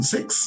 Six